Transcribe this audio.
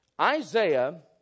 Isaiah